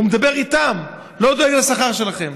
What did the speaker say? והוא מדבר איתם, לא דואג לשכר שלכם.